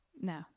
No